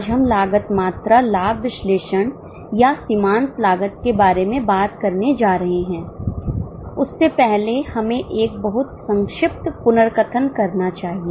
आज हम लागत मात्रा लाभ विश्लेषण या सीमांत लागत के बारे में बात करने जा रहे हैं उससे पहले हमें एक बहुत संक्षिप्त पुनर्कथन करना चाहिए